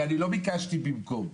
הרי לא ביקשתי במקום.